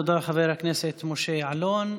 תודה, חבר הכנסת משה יעלון.